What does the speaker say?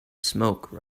smoke